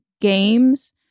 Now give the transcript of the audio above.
games